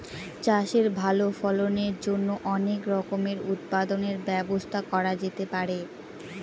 চাষের ভালো ফলনের জন্য অনেক রকমের উৎপাদনের ব্যবস্থা করা যেতে পারে